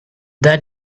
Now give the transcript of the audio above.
then